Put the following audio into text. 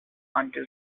until